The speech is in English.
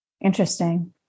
Interesting